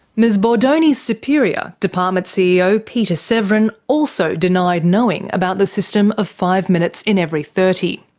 ms bordoni's superior, department ceo peter severin, also denied knowing about the system of five minutes in every thirty.